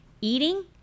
eating